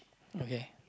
okay